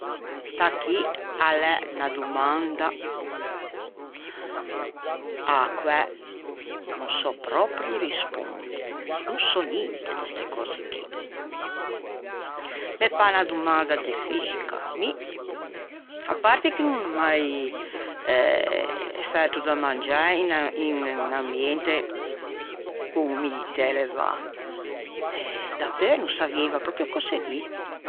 Sta chì a l'é unna domanda a-a quæ no sò pròpio risponde no sò ninte de ste cöse chì. Me pâ unna domanda de fixica mi. À parte che no ò mai fæto da mangiâ in ambiente con umiditæ elevâ e dapeu no savieiva pròprio cöse dî.